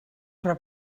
però